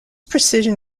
precision